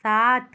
सात